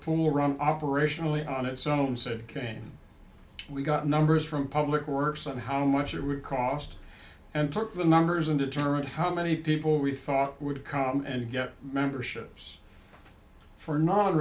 pool run operationally on its own said cain we got numbers from public works and how much it would cost and took the numbers and determined how many people we thought would come and get memberships for non